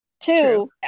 two